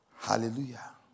Hallelujah